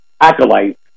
acolyte